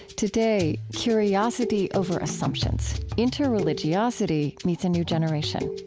today, curiosity over assumptions interreligiosity meets a new generation.